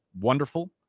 wonderful